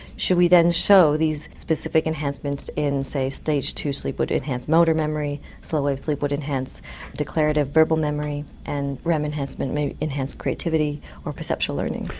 should we then show these specific enhancements in say stage two sleep would enhance motor memory, slow wave sleep would enhance a declared verbal memory and rem enhancement may enhance creativity or perceptual learning.